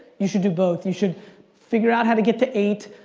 you should do both, you should figure out how to get to eight,